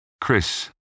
Chris